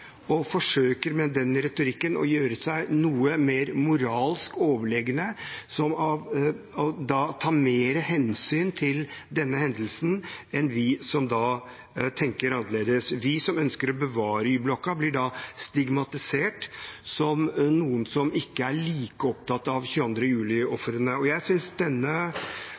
noe mer moralsk overlegne, som at de tar mer hensyn til denne hendelsen enn vi som tenker annerledes. Vi som ønsker å bevare Y-blokka, blir da stigmatisert som noen som ikke er like opptatt av 22. juli-ofrene. Jeg synes denne